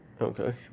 okay